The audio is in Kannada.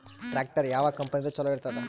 ಟ್ಟ್ರ್ಯಾಕ್ಟರ್ ಯಾವ ಕಂಪನಿದು ಚಲೋ ಇರತದ?